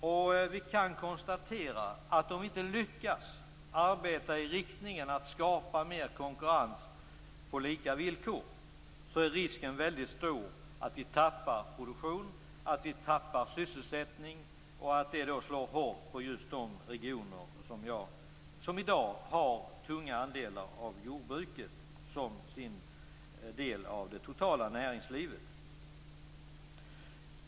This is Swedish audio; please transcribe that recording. Om vi inte lyckas att skapa mer konkurrens på lika villkor är risken väldigt stor att vi tappar produktion och sysselsättning, och det skulle slå hårt mot just de regioner som i dag har stora andelar jordbruk när det gäller det totala näringslivet.